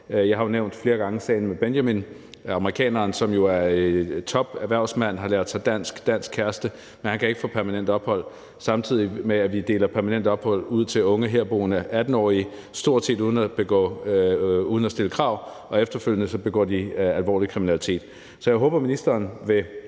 Jeg har jo flere gange nævnt sagen med Benjamin, amerikaneren, som jo er toperhvervsmand, har lært sig dansk og har dansk kæreste, men han kan ikke få permanent ophold, samtidig med at vi deler permanent ophold ud til unge herboende 18-årige stort set uden at stille krav, og efterfølgende begår de alvorlig kriminalitet. Så jeg håber, at ministeren vil